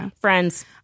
Friends